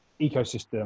ecosystem